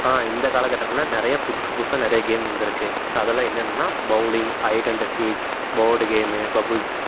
இந்த காலகட்டத்துல நிறைய புதுசு புதுசாக நிறைய கேம் வந்துருக்கு ஸோ அதெல்லாம் என்னென்னா bowling hide and seek board game bubbles